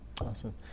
Awesome